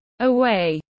away